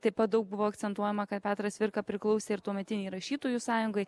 taip pat daug buvo akcentuojama ka petras cvirka priklausė ir tuometinei rašytojų sąjungai